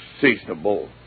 seasonable